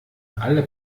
alle